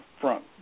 front